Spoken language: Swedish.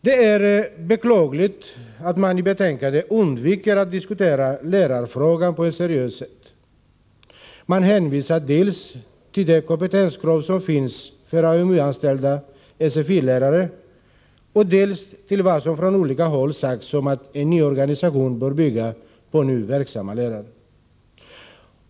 Det är beklagligt att man i betänkandet undviker att diskutera lärarfrågan på ett seriöst sätt. Man hänvisar dels till de kompetenskrav som finns för AMU-anställda SFI-lärare, dels till vad som från olika håll sagts om att en ny organisation bör bygga på nu verksamma lärare.